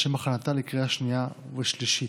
לשם הכנתה לקריאה שנייה ושלישית.